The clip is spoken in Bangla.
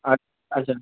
আচ্ছা